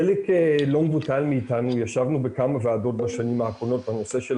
חלק לא מבוטל מאתנו ישב בכמה וועדות בשנים האחרונות בנושא של